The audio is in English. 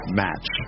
match